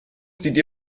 die